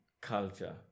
culture